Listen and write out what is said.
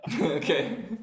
okay